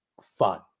fun